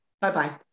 Bye-bye